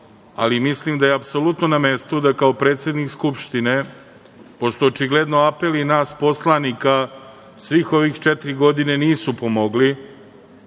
ali mislim da je apsolutno na mestu da se kao predsednik Skupštine, pošto očigledno apeli nas poslanika svih ove četiri godine nisu pomogli,